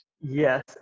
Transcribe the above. Yes